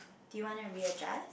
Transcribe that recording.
do you wanna readjust